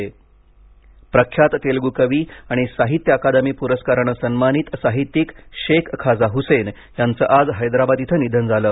निधन प्रख्यात तेलगू कवी आणि साहित्य अकादमी पुरस्काराने सन्मानित साहित्यिक शेख खाजा हुसेन यांचे आज हैदराबाद इथं निधन झाले